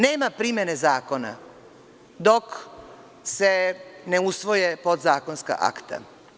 Nema primene zakona dok se ne usvoje podzakonska akta.